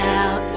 out